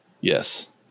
Yes